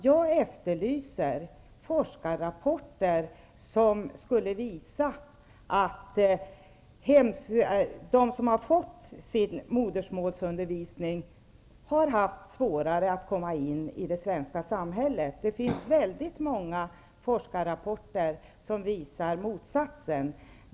Jag efterlyser forskarrapporter av vilka framgår att det för dem som fått modersmålsundervisning har varit svårare att komma in i det svenska samhället. Det finns väldigt många forskarrapporter som visar på motsatsen.